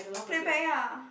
playback ah